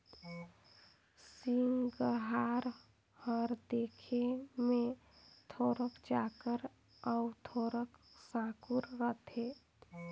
सिगहा हर देखे मे थोरोक चाकर अउ थोरोक साकुर रहथे